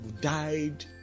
died